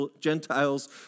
Gentiles